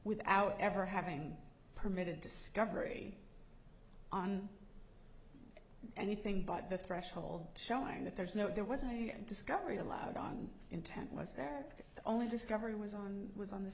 without ever having permitted discovery on anything but the threshold showing that there's no there wasn't discovery allowed on intent was there only discovery was on was on the